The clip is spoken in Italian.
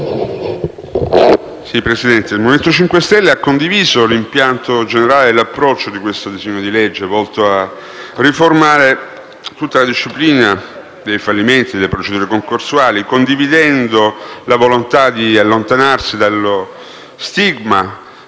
il Movimento 5 Stelle ha condiviso l'impianto generale e l'approccio del disegno di legge in esame, volto a riformare tutta la disciplina dei fallimenti e delle procedure concorsuali, condividendo la volontà di allontanarsi dallo stigma